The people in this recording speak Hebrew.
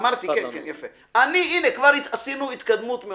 הנה, כבר עשינו התקדמות.